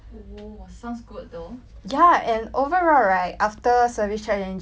ya and overall right after service charge and G_S_T is only thirty four nett